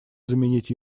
заменить